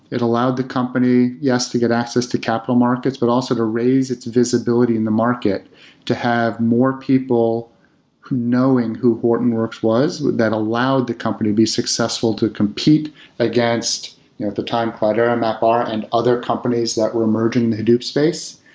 it allowed the company, yes, to get access to capital markets, but also to raise its visibility in the market to have more people knowing who hortonworks was that allowed the company to be successful to compete against at the time, cloudera, mapr and other companies that were merging the hadoop space.